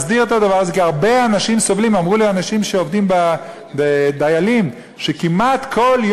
אני רוצה לבקש שוב מהכנסת: היות שסיכמתי